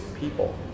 people